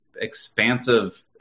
expansive